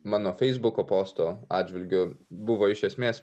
mano feisbuko posto atžvilgiu buvo iš esmės